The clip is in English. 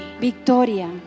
Victoria